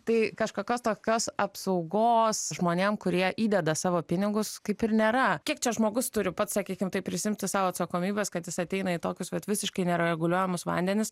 tai kažkokios tokios apsaugos žmonėm kurie įdeda savo pinigus kaip ir nėra kiek čia žmogus turi pats sakykim taip prisiimti sau atsakomybės kad jis ateina į tokius vat visiškai nereguliuojamus vandenis